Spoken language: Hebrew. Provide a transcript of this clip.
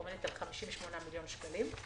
עומדת על 58 מיליון שקלים.